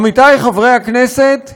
עמיתי חברי הכנסת,